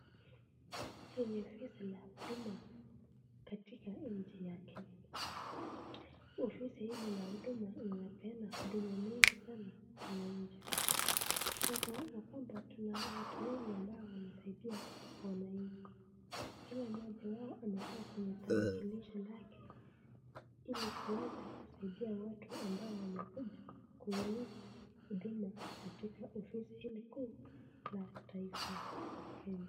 Hili ni ofisi la huduma katika nchi ya Kenya. Ofisi hili lina huduma inapeana huduma mingi sana humu nchi. Tunapoona kwamba kuna watu wengi ambao wanasaidia wananchi. Kila mmoja wao amekaa kwenye tarakilishi lake ili kuweza kusaidia watu ambao wamekuja kuuliza huduma katika ofisini kuu la taifa la Kenya.